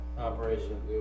Operation